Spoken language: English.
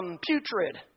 putrid